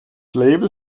label